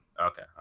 Okay